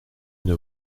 une